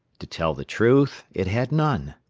to tell the truth, it had none.